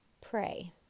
Pray